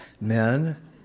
Men